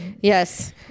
Yes